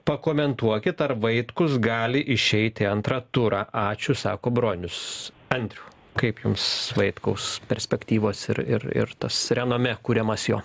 pakomentuokit ar vaitkus gali išeit į antrą turą ačiū sako bronius andriau kaip jums vaitkaus perspektyvos ir ir ir tas renomė kuriamas jo